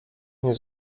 mnie